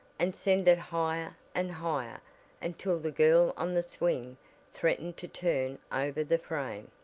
and send it higher and higher until the girl on the swing threatened to turn over the frame.